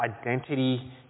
identity